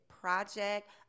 project